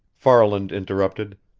farland interrupted.